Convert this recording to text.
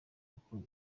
koko